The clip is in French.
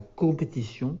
compétition